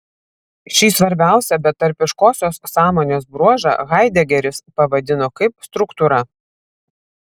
šį svarbiausią betarpiškosios sąmonės bruožą haidegeris pavadino kaip struktūra